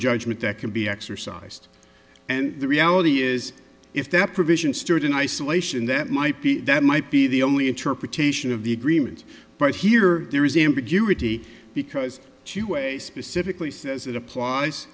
judgment that can be exercised and the reality is if that provision stood in isolation that might be that might be the only interpretation of the agreement but here there is ambiguity because to a specifically says it applies